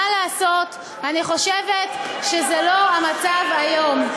מה לעשות, אני חושבת שזה לא המצב היום.